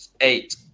eight